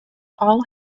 all